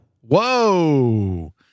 Whoa